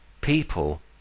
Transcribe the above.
people